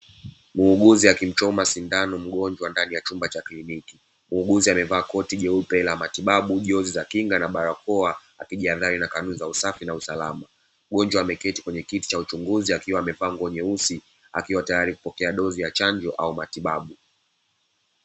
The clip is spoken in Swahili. Muuguzi akimchoma sindano mgonjwa ndani ya chumba cha kiliniki, muuguzi amevaa koti jeupe la matibabu, glovu za kinga na barakoa akijiadhari na kanuni za usafi na usalama, mgonjwa ameketi kwenye kiti cha uchunguzi akiwa amevaa nguo nyeusi akiwa tayari kupokea dozi ya chanjo au matibabu.